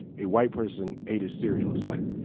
a white person ate his cereal. it's like,